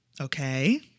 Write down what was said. Okay